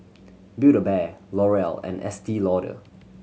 Build A Bear L'Oreal and Estee Lauder